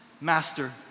master